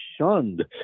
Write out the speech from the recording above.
shunned